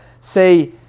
say